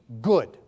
good